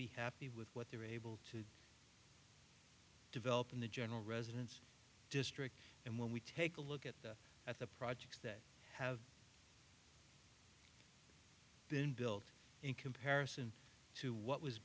be happy with what they're able to develop in the general residence district and when we take a look at at the projects that have been built in comparison to what was